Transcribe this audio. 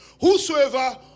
Whosoever